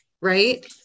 right